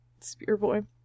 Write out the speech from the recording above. Spearboy